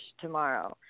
tomorrow